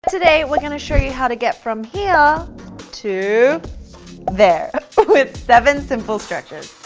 today we're gonna show you how to get from here to there with seven simple stretches,